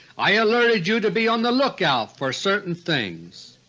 i alerted you to be on the lookout for certain things.